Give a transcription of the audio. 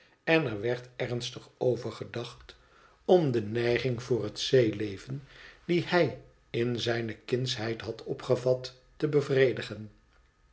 en er werd ernstig over gedacht om de neiging voor het zeeleven die hij in zijne kindsheid had opgevat te bevredigen